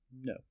No